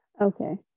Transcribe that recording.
Okay